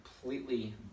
completely